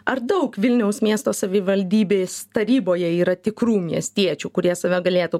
ar daug vilniaus miesto savivaldybės taryboje yra tikrų miestiečių kurie save galėtų